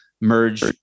merge